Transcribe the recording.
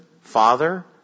father